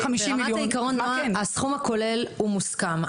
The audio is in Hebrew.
ברמת העיקרון הסכום הכולל מוסכם.